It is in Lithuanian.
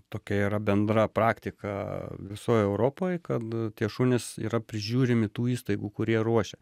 tokia yra bendra praktika visoj europoj kad tie šunys yra prižiūrimi tų įstaigų kurie ruošia